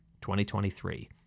2023